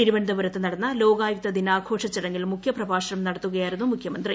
തിരുവനന്തപുരത്ത് നടന്ന ലോകായുക്ത ദിനാഘോഷ ചടങ്ങിൽ മുഖ്യപ്രഭ്ടാഷണം നടത്തുകയായിരുന്നു മുഖ്യമന്ത്രി